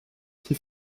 qui